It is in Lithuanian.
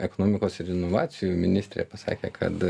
ekonomikos ir inovacijų ministrė pasakė kad